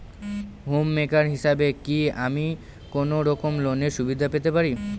Home maker হিসেবে কি আমি কোনো রকম লোনের সুবিধা পেতে পারি?